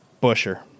Busher